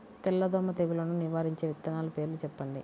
తెల్లదోమ తెగులును నివారించే విత్తనాల పేర్లు చెప్పండి?